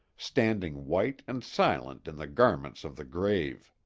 standing white and silent in the garments of the grave!